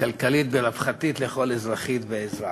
כלכלית ורווחתית לכל אזרחית ואזרח.